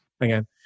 again